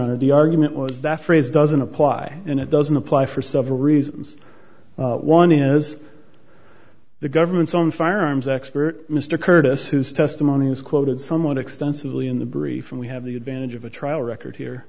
of the argument was that phrase doesn't apply and it doesn't apply for several reasons one is the government's own firearms expert mr curtis whose testimony is quoted somewhat extensively in the brief and we have the advantage of a trial record